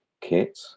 kit